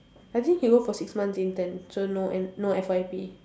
I think he work for six months intern so no N no F_Y_P